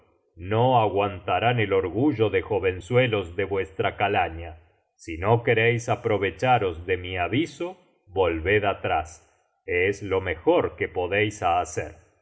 no aguantarán el orgullo de jovenzuelos de vuestra calaña si no quereis aprovecharos de mi aviso volved atrás es lo mejor que podeis hacer